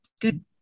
good